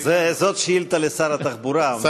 זאת שאילתה לשר התחבורה, העוסק בנושא הזה.